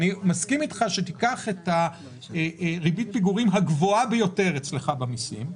אני מסכים אתך שתיקח את ריבית הפיגורים הגבוהה ביותר אצלך במיסים.